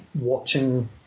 watching